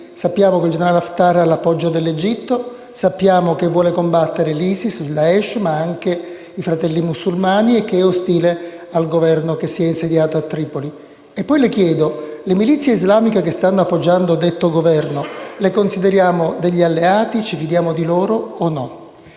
Sappiamo che il generale Haftar ha l'appoggio dell'Egitto, che vuole combattere l'ISIS, il Daesh, ma anche i Fratelli musulmani e che è ostile al Governo che si è insediato a Tripoli. E poi le chiedo, signor Ministro: le milizie islamiche che stanno appoggiando detto Governo le consideriamo degli alleati? Ci fidiamo di loro o no?